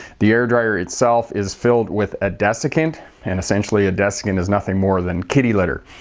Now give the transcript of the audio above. the air dryer itself is filled with a desiccant and essentially a dessicant is nothing more than kitty litter.